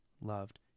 loved